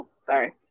sorry